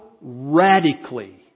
radically